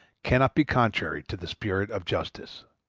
cannot be contrary to the spirit of justice.